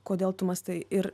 kodėl tu mąstai ir